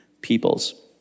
peoples